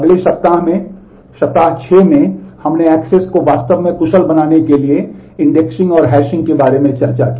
अगले सप्ताह में सप्ताह 6 में हमने एक्सेस के बारे में चर्चा की